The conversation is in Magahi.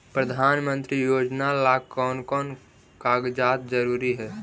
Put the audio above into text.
प्रधानमंत्री योजना ला कोन कोन कागजात जरूरी है?